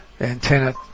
antenna